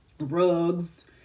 rugs